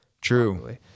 True